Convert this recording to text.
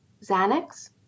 Xanax